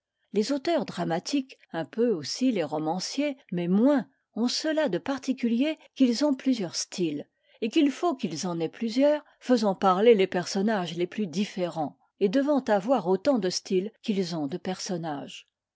les auteurs dramatiques un peu aussi les romanciers mais moins ont cela de particulier qu'ils ont plusieurs styles et qu'il faut qu'ils en aient plusieurs faisant parler les personnages les plus différents et devant avoir autant de styles qu'ils ont de personnages